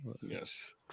Yes